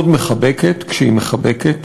מאוד מחבקת כשהיא מחבקת,